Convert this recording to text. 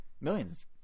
millions